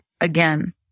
again